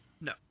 No